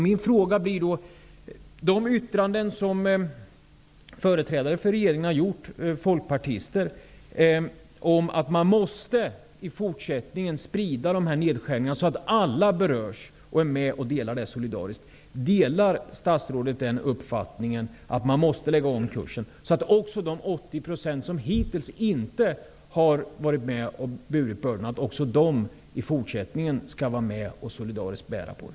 Företrädare för regeringen, det gäller folkpartister, har gjort uttalanden om att man i fortsättningen måste sprida dessa nedskärningar så att alla berörs och delar detta solidariskt. Delar statsrådet den uppfattningen att man måste lägga om kursen, så att även de 80 % som hittills inte har varit med och burit bördorna i fortsättningen skall vara med och solidariskt bära dem?